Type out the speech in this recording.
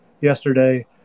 yesterday